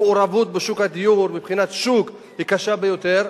מובן שמעורבות בשוק הדיור מבחינת שוק היא קשה ביותר,